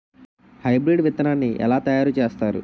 Hybrid విత్తనాన్ని ఏలా తయారు చేస్తారు?